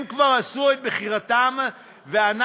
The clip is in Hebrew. הם כבר עשו את בחירתם ואנחנו,